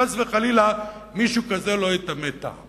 שחס וחלילה מישהו כזה לא יטמא את העם.